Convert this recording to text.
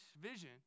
vision